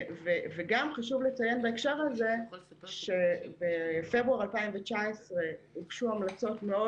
חשוב גם לציין בהקשר הזה שבפברואר 2019 הוגשו המלצות מאוד